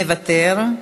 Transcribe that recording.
מוותר.